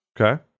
Okay